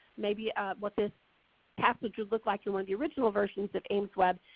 maybe what this passage would look like in one of the original versions of aimsweb.